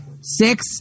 six